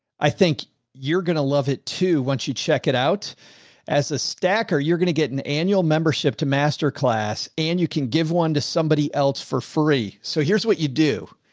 i think you're going to love it too. once you check it out as a stacker, you're gonna get an annual membership to master class and you can give one to somebody else for free. so here's what you do.